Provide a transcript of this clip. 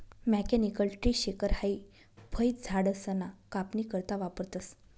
mechanical tree shaker हाई फयझाडसना कापनी करता वापरतंस